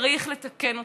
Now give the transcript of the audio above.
צריך לתקן אותם,